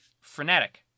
frenetic